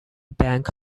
bank